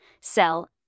sell